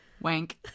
Wank